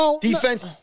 Defense